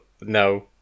No